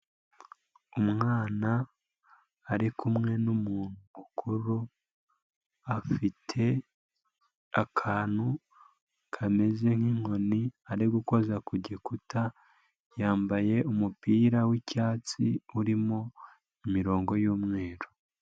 Umwana ari kumwe n'umuntu mukuru, afite akantu kameze nk'inkoni ariko ku gikuta, yambaye umupira w'icyatsi urimo imirongo y'umweru.